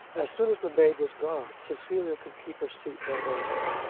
as soon as the maid was gone, cecilia could keep her seat no longer.